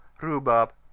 rhubarb